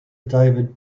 david